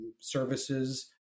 services